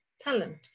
talent